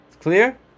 Clear